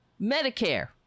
Medicare